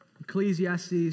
Ecclesiastes